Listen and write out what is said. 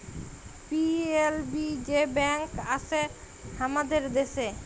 PLB যে bank আসে হামাদের দ্যাশে